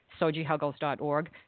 SojiHuggles.org